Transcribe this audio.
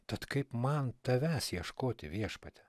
tad kaip man tavęs ieškoti viešpatie